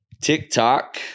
TikTok